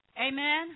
Amen